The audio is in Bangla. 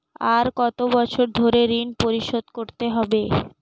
আর কত বছর ধরে ঋণ পরিশোধ করতে হবে?